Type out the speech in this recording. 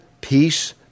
peace